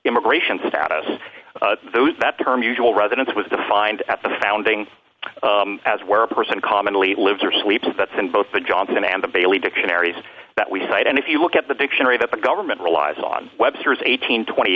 immigration status those that term usual residence was defined at the founding as where a person commonly lives or sleeps that's in both the johnson and the bailey dictionaries that we cite and if you look at the dictionary that the government relies on webster's eight hundred twenty